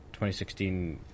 2016